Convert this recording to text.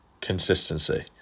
consistency